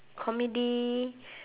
comedy